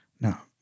Now